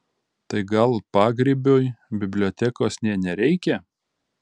tai gal pagrybiui bibliotekos nė nereikia